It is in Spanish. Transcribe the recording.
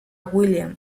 william